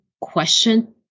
question